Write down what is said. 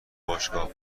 باشگاه